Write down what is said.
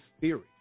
theory